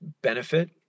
benefit